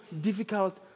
difficult